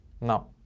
now